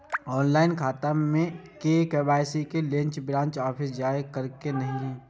Online खाता में KYC के लेल ब्रांच ऑफिस जाय परेछै कि नहिं?